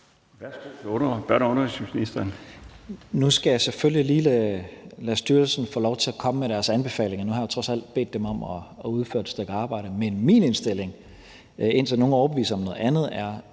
Nu skal jeg selvfølgelig lige lade styrelsen få lov til at komme med deres anbefaling. Nu har jeg jo trods alt bedt dem om at udføre et stykke arbejde, men indtil nogen overbeviser mig om noget andet, er